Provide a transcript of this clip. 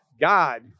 God